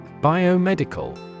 biomedical